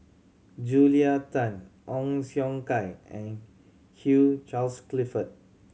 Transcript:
Julia Tan Ong Siong Kai and Hugh Charles Clifford